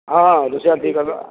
ହଁ ରୋଷେୟା ଠିକ୍ କରିଦେବା